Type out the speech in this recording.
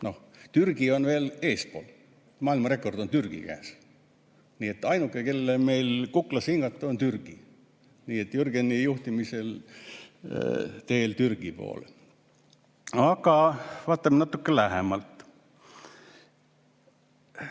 Türgi on veel eespool, maailmarekord on Türgi käes. Ainuke, kellele meil kuklasse hingata on, on Türgi. Nii et Jürgeni juhtimisel teel Türgi poole. Aga vaatame natuke lähemalt.